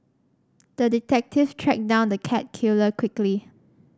the detective tracked down the cat killer quickly